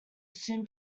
soon